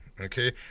Okay